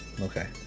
Okay